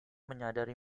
menyadari